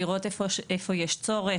לראות איפה יש צורך,